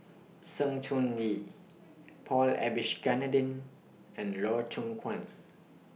Sng Choon Yee Paul Abisheganaden and Loh Hoong Kwan